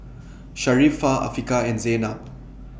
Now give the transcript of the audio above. Sharifah Afiqah and Zaynab